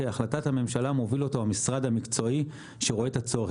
את החלטת הממשלה מוביל המשרד המקצועי שרואה את הצורך.